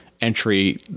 entry